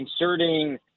inserting